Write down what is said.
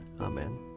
Amen